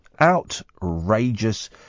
Outrageous